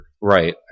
Right